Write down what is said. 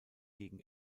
gegen